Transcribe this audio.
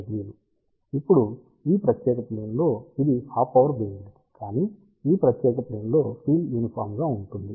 ఇప్పుడు ఈ ప్రత్యేక ప్లేన్ లో ఇది హాఫ్ పవర్ బీమ్ విడ్త్ కానీ ఈ ప్రత్యేక ప్లేన్ లో ఫీల్డ్ యూనిఫాం గా ఉంటుంది